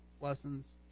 lessons